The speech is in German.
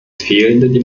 fehlende